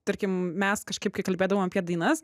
tarkim mes kažkaip kai kalbėdavom apie dainas